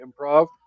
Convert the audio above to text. improv